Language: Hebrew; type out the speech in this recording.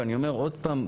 ואני אומר עוד פעם,